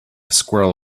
squirrel